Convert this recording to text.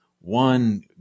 one